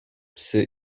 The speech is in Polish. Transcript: psy